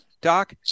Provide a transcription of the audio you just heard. Doc